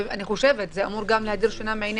אני חושבת שזה אמור גם להדיר שינה מעיני